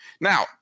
Now